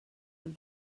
del